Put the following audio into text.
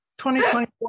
2024